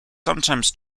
sometimes